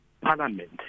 parliament